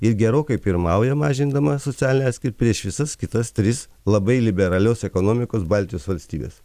ir gerokai pirmauja mažindama socialinę atskir prieš visas kitas tris labai liberalios ekonomikos baltijos valstybes